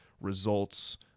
results